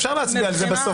אפשר להצביע על זה בסוף.